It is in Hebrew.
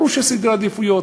ברור שיש סדרי עדיפויות.